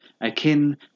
akin